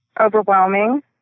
Overwhelming